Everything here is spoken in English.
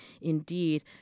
indeed